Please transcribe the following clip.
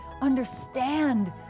understand